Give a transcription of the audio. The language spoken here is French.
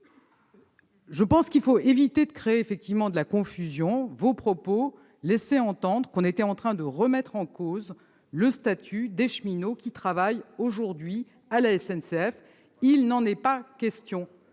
Jacquin, il faut éviter de créer de la confusion. Or vos propos laissaient entendre que nous étions en train de remettre en cause le statut des cheminots qui travaillent aujourd'hui à la SNCF. Il n'en est pas question